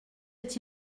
est